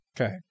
Okay